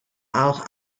auch